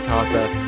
Carter